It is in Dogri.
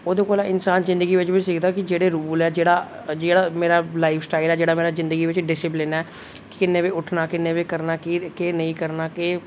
ओहदे कोला इन्सान जिंदगी बिच बी सिखदा कि जेहड़े रूल ऐ जेहड़ा मेरा लाइफ स्टाइल ऐ जेहड़ा मेरा जिंदगी बिच डिसीपलेन ऐ किन्ने बजे उट्ठना किन्ने बजे करना केह् केह् नेईं करना केह्